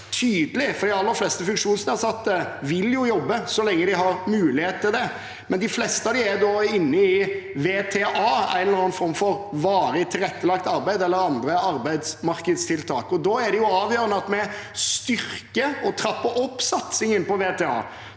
denne gruppen. De aller fleste med funksjonsnedsettelser vil jobbe så lenge de har muligheten til det, men de fleste av dem er inne i VTA – en eller annen form for varig tilrettelagt arbeid eller andre arbeidsmarkedstiltak – og da er det avgjørende at vi styrker og trapper opp satsingen på VTA.